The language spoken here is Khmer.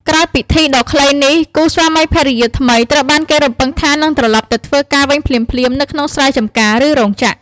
ក្រោយពិធីដ៏ខ្លីនេះ គូស្វាមីភរិយាថ្មីត្រូវបានគេរំពឹងថានឹងត្រឡប់ទៅធ្វើការវិញភ្លាមៗនៅក្នុងស្រែចម្ការឬរោងចក្រ។